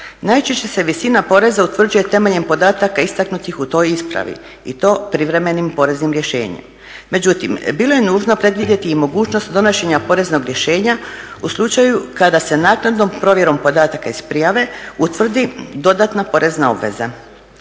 Najčešće se visina poreza utvrđuje temeljem podataka istaknutih u toj ispravi i to privremenim poreznim rješenjem. Međutim, bilo je nužno predvidjeti i mogućnost donošenja poreznog rješenja u slučaju kada se naknadnom provjerom podataka iz prijave utvrdi dodatna porezna obveza.